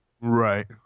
Right